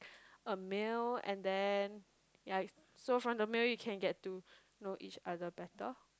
a meal and then ya so from the meal you can get to know each other better